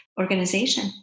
organization